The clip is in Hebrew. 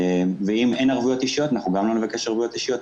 אם אין ערבויות אישיות בבנק אנחנו גם לא נבקש ערבויות אישיות,